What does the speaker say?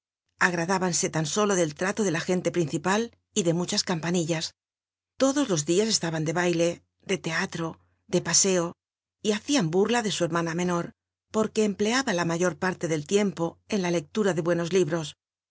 tan solo del trato de la gen le principal y de muchas campanillas lodos los dias laban de baile de leal ro de paseo y hacían burla de u hermana menor porque cmpl aba la mayor parle del tiempo en la lerlura de buenos libros